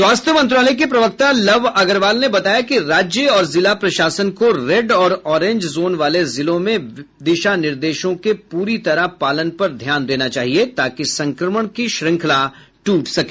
स्वास्थ्य मंत्रालय के प्रवक्ता लव अग्रवाल ने बताया कि राज्य और जिला प्रशासन को रेड और ओरेंज जोन वाले जिलों में दिशा निर्देशों के पूरी तरह पालन पर ध्यान देना चाहिए ताकि संक्रमण की श्रंखला टूट सके